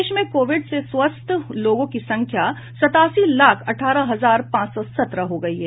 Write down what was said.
देश में कोविड से स्वस्थ लोगों की संख्या सतासी लाख अट्ठारह हजार पांच सौ सत्रह हो गई है